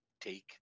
take